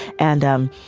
and, um